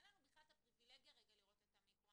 אין לנו בכלל את הפריבילגיה לראות את המיקרו,